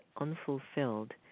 unfulfilled